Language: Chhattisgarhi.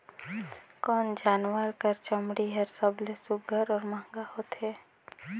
कोन जानवर कर चमड़ी हर सबले सुघ्घर और महंगा होथे?